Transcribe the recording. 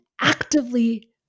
actively